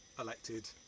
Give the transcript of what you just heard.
elected